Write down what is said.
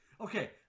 Okay